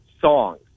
songs